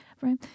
Right